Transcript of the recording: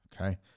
Okay